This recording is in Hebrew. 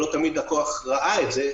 אבל לא תמיד הכוח ראה את זה,